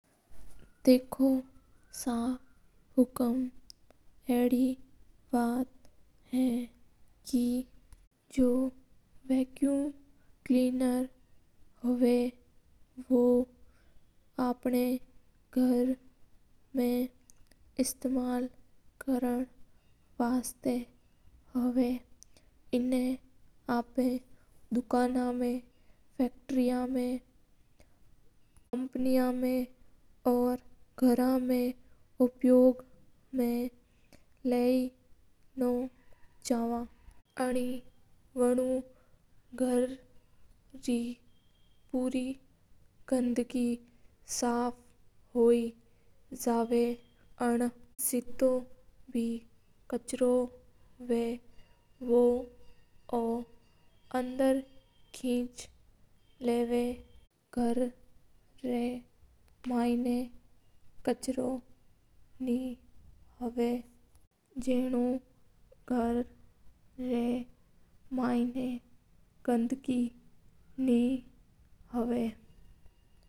देखो सा हुकूम जो वैक्यूम क्लीनर हवे जकी अपना घर मा इस्तमाल करणा मा काम आवे। एना आप कंपनीयाँ मा घरा मा फैक्टेरियाँ मा काम मा लावा हवे। वानू घर री पूरी गंदगी साफ हो जावे और बो उना कचेरा ना आपड़ा अंदर खींच लावे जका ऊ गर रा मैणा गंदगाई नी हवे।